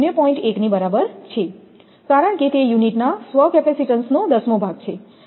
1 ની બરાબર છે કારણ કે તે યુનિટ ના સ્વ કેપેસિટેન્સનો દસમો ભાગ છે